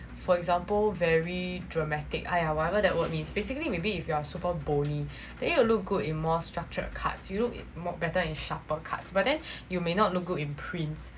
for example very dramatic !aiya! whatever that word means basically maybe if you are super bony then you look good in more structured cuts you look mo~ better in sharper cuts but then you may not look good in prints